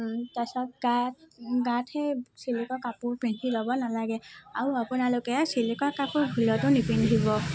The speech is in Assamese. তাৰপিছত গাত গাত সেই ছিল্কৰ কাপোৰ পিন্ধি ল'ব নালাগে আৰু আপোনালোকে ছিল্কৰ কাপোৰ ভুলতো নিপিন্ধিব